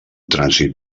trànsit